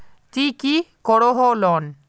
ती की करोहो लोन?